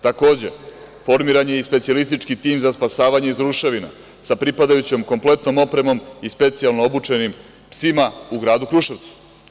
Takođe formiran je i specijalistički tim za spasavanje iz ruševina sa pripadajućom kompletnom opremom i specijalno obučenim psima u gradu Kruševcu.